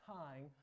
time